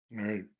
Right